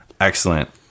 excellent